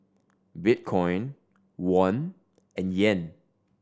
Bitcoin Won and Yen